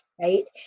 right